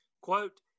Quote